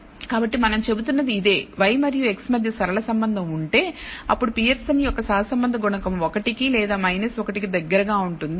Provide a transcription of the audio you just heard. కాబట్టి మనం చెబుతున్నది ఇదే y మరియు x మధ్య సరళ సంబంధం ఉంటే అప్పుడు పియర్సన్ యొక్క సహసంబంధ గుణకం 1 కి లేదా 1 కి దగ్గరగా ఉంటుంది